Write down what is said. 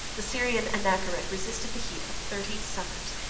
the syrian anachoret resisted the heat of thirty summers,